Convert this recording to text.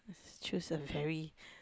choose a very